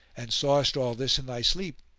and sawest all this in thy sleep.